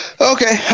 okay